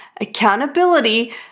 accountability